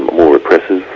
more oppressive,